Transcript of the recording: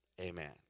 amen